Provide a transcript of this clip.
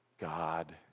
God